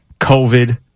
COVID